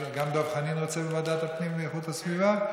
גם דב חנין רוצה לוועדת הפנים ואיכות הסביבה?